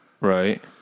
Right